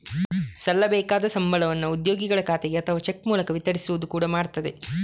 ಸಲ್ಲಬೇಕಾದ ಸಂಬಳವನ್ನ ಉದ್ಯೋಗಿಗಳ ಖಾತೆಗೆ ಅಥವಾ ಚೆಕ್ ಮೂಲಕ ವಿತರಿಸುವುದು ಕೂಡಾ ಮಾಡ್ತದೆ